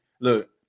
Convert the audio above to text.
look